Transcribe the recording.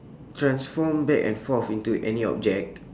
transform back and forth into any object